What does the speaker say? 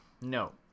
No